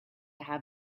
have